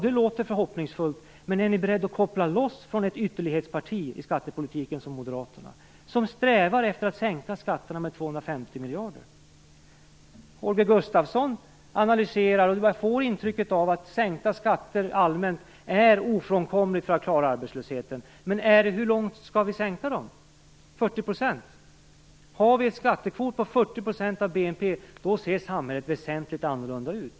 Det låter förhoppningsfullt, men är ni beredda att koppla loss från ett ytterlighetsparti i skattepolitiken som Moderaterna, som strävar efter att sänka skatterna med 250 miljarder kronor? Holger Gustafsson analyserar, och man får intrycket att sänkta skatter allmänt sett är ofrånkomligt för att klara arbetslösheten, men hur långt skall vi sänka dem? Skall vi sänka dem till 40 %? Har vi en skattekvot på 40 % av BNP så ser samhället väsentligt annorlunda ut.